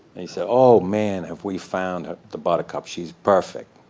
and he said, oh, man, have we found the buttercup. she's perfect.